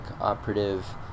operative